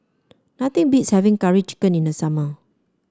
nothing beats having Curry Chicken in the summer